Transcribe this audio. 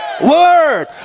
word